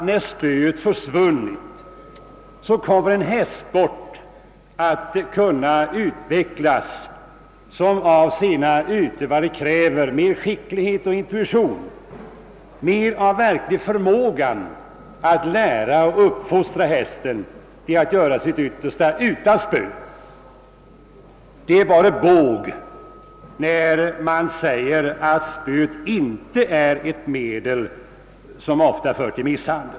När spöet försvunnit kommer en hästsport att kunna utvecklas som av sina utövare kräver mer skicklighet och intuition, mer av verklig förmåga att lära och uppfostra hästen att göra sitt yttersta utan spö. Det är bara båg när man förnekar att spöet är ett medel som ofta för till misshandel.